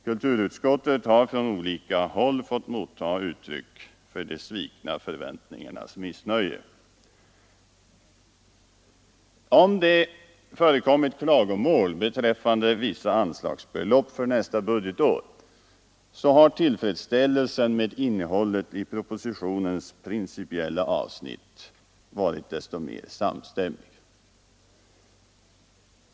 Kulturutskottet har från olika håll fått motta uttryck för de svikna förväntningarnas missnöje. Om det förekommit klagomål beträffande vissa anslagsbelopp för nästa budgetår, så har tillfredsställelsen med innehållet i propositionens principiella avsnitt varit desto mera samstämmig.